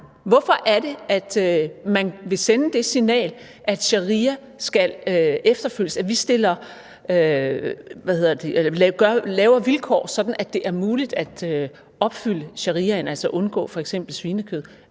at man vil sende det signal, at sharia skal følges? Vi laver vilkår sådan, at det er muligt at opfylde shariaen,